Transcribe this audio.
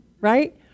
Right